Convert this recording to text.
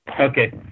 Okay